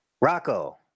Rocco